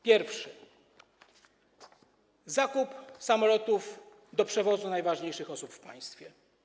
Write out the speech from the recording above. Pierwszy: zakup samolotów do przewozu najważniejszych osób w państwie.